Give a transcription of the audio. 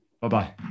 Bye-bye